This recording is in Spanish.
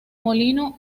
molino